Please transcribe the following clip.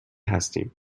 هستیم